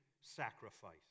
sacrifice